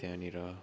त्यहाँनिर